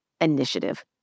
initiative